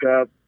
up